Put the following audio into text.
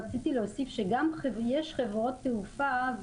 רציתי להוסיף שיש חברות תעופה,